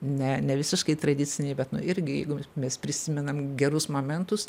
ne ne visiškai tradiciniai bet irgi jeigu mes prisimenam gerus momentus